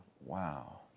Wow